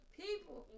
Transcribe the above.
people